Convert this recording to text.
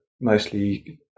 mostly